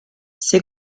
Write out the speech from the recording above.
ses